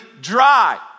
dry